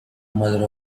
mother